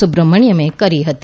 સુબ્રમણ્યને કરી હતી